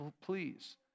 please